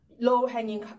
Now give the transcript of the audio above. Low-hanging